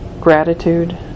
gratitude